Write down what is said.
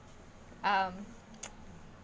um